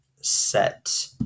set